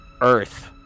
Earth